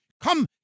Come